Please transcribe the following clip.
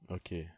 okay